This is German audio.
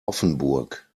offenburg